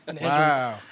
Wow